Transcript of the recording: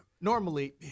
Normally